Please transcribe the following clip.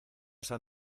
esa